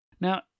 Now